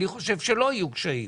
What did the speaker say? אני חושב שלא יהיו קשיים.